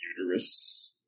uterus